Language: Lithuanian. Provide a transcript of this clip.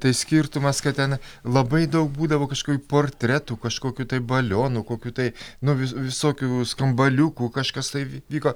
tai skirtumas kad ten labai daug būdavo kažkokių portretų kažkokių tai balionų kokių tai nu vi visokių skambaliukų kažkas tai vyko